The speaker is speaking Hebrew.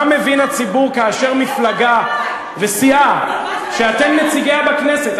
מה מבין הציבור כאשר מפלגה וסיעה שאתם נציגיה בכנסת,